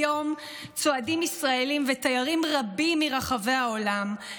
כיום צועדים ישראלים ותיירים מרחבי העולם,